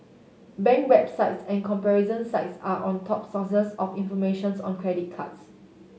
bank websites and comparison sites are on top sources of informations on credit cards